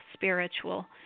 Spiritual